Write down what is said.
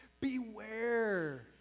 Beware